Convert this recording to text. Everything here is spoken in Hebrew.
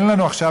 אין לנו עכשיו,